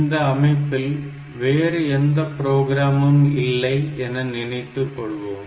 இந்த அமைப்பில் வேறு எந்த ப்ரோக்ராமும் இல்லை என நினைத்துக் கொள்வோம்